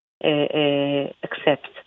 accept